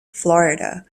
florida